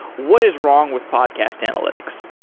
what is wrong with podcast analytics?